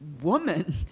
woman